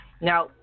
Now